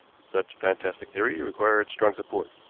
such a fantastic theory required strong support,